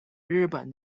日本